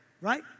right